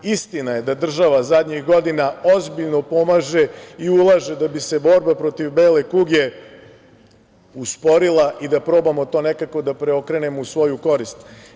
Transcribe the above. Istina je da država zadnjih godina ozbiljno pomaže i ulaže da bi se borba protiv bele kuge usporila i da probamo to nekako da preokrenemo u svoju korist.